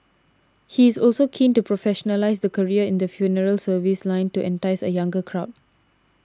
he is also keen to professionalise the career in the funeral service line to entice a younger crowd